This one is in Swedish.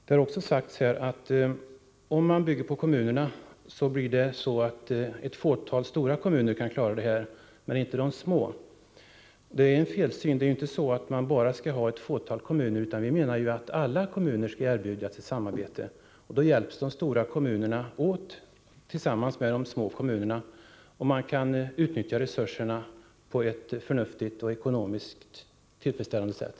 Det har också sagts här att om man bygger på kommunerna kan ett fåtal stora kommuner klara verksamheten, men inte de små. Det är en felsyn. Det är inte meningen att denna musikverksamhet skall finnas i bara några få kommuner, utan alla kommuner skall erbjudas ett samarbete. Då hjälps de stora och små kommunerna åt, och man kan utnyttja resurserna på ett förnuftigt och ekonomiskt tillfredsställande sätt.